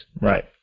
right